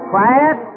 Quiet